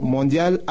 Mondial